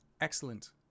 excellent